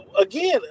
Again